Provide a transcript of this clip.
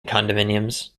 condominiums